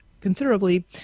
considerably